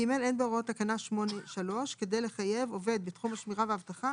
(ג) אין בהוראות תקנה 8(3) כדי לחייב עובד בתחום השמירה והאבטחה